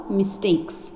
mistakes